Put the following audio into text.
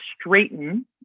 straighten